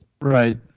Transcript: Right